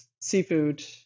Seafood